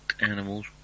animals